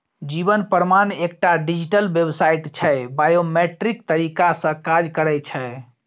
जीबन प्रमाण एकटा डिजीटल बेबसाइट छै बायोमेट्रिक तरीका सँ काज करय छै